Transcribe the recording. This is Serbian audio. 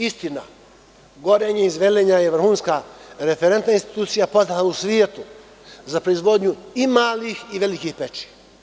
Istina, „Gorenje“ iz Velenja je vrhunska referentna institucija poznata u svetu za proizvodnju i malih i velikih peći.